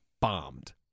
bombed